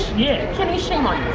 yeah. kenny, shame on you.